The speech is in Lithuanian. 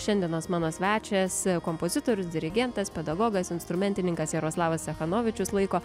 šiandienos mano svečias kompozitorius dirigentas pedagogas instrumentininkas jaroslavas cechanovičius laiko